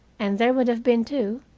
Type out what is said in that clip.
and there would have been, too,